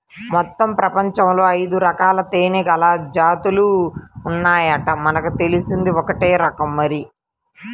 మొత్తం పెపంచంలో ఐదురకాల తేనీగల జాతులు ఉన్నాయంట, మనకు తెలిసింది ఒక్కటే రకం మరి